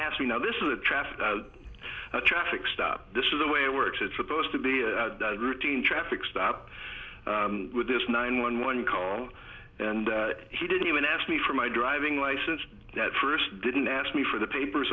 ask me now this is a traffic a traffic stop this is the way it works it's supposed to be a routine traffic stop with this nine one one call and he didn't even ask me for my driving license that first didn't ask me for the papers